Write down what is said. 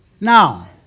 now